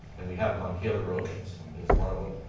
and we have them on keilor road is one of them.